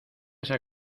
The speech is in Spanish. esa